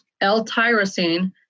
L-tyrosine